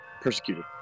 persecuted